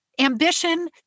Ambition